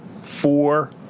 four